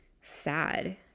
sad